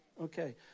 Okay